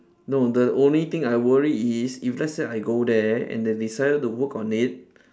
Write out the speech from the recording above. no the only thing I worry is if let's say I go there and they decided to work on it